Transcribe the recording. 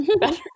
better